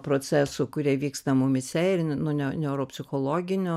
procesų kurie vyksta mumyse ir nuo ne neuropsichologinio